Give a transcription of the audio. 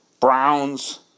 Browns